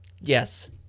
Yes